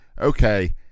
okay